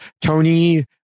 Tony